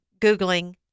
Googling